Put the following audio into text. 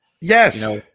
Yes